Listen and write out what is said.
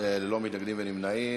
מתנגדים וללא נמנעים.